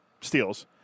steals